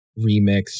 remix